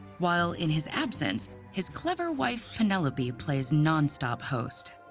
while in his absence, his clever wife penelope plays non-stop host.